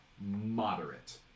moderate